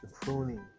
pruning